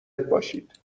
باشید